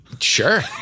Sure